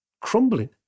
crumbling